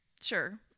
Sure